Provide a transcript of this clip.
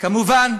כמובן,